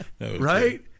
right